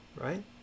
right